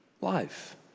life